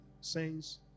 saints